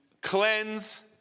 cleanse